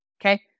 Okay